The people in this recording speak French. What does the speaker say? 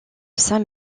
saint